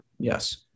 Yes